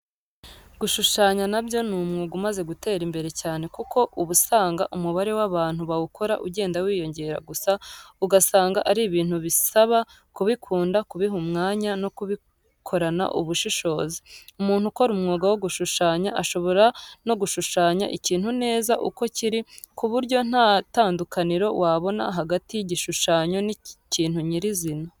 Gushushanya nabyo ni umwuga umaze gutera imbere cyane kuko uba usanga umubare w'abantu bawukora ugenda wiyongera gusa ugasanga ari ibintu bisaba kubikunda, kubiha umwanya no kubikorana ubushishozi. Umuntu ukora umwuga wo gushushanya ashobora no gushushanya ikintu neza uko kiri kuburyo nta tandukaniro wabona hagati yigishushanyo n'ikintu nyirizina.